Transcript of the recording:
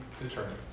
determines